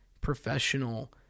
professional